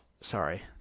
sorry